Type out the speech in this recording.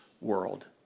world